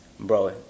Bro